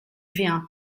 vient